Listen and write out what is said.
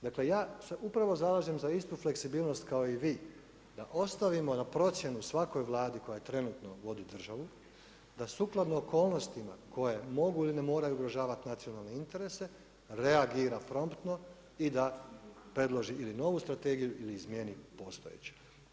Dakle ja se upravo zalažem za istu fleksibilnost kao i vi, da ostavimo na procjenu svakoj Vladi koja trenutno vodi državu, da sukladno okolnostima koje mogu ili ne moraju ugrožavati nacionalni interese, reagira promptno i da predloži ili novu strategiju ili izmijeni postojeće.